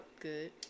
Good